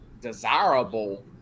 desirable